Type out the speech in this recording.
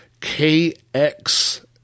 KX